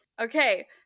Okay